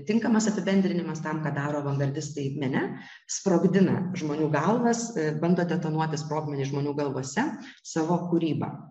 tinkamas apibendrinimas tam ką daro avangardistai mene sprogdina žmonių galvas bando detonuoti sprogmenį žmonių galvose savo kūryba